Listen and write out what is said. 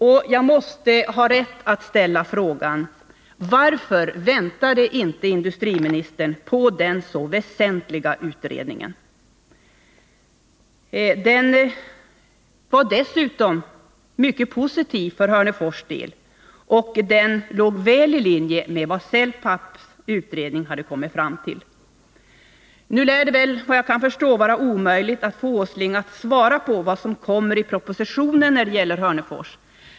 Det är berättigat att ställa frågan varför herr Åsling inte väntade på denna så väsentliga utredning. Den var dessutom mycket positiv för Hörnefors del och låg väl i linje med vad man hade kommit fram till i Cellpapps utredning. Nu lär det väl såvitt jag kan förstå vara omöjligt att få herr Åsling att svara på vad som kommer i propositionen när det gäller Hörnefors.